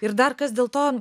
ir dar kas dėl to